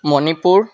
Manipur